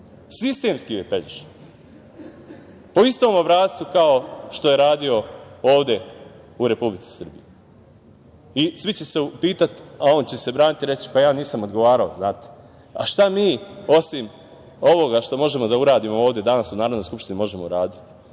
Sistemski je pelješio po istom obrascu kao što je radio ovde u Republici Srbiji i svi će se upitati, a on će se braniti i reći – pa ja nisam odgovarao. Zna mi osim ovoga što možemo da uradimo ovde danas u Narodnoj skupštini možemo uraditi?